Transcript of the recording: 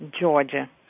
Georgia